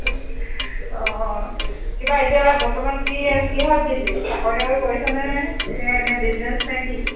অঁ অঁ কিবা এতিয়া বৰ্তমান কি কিহত বিজি চাকৰি তাকৰি কৰিছে নে এনেই বিজনেছ নে কি